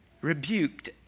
rebuked